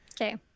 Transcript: Okay